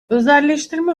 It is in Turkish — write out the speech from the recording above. özelleştirme